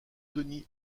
denis